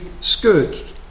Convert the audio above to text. scourged